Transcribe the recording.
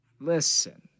Listen